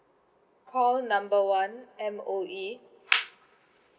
call number one M_O_E